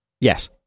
Yes